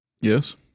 Yes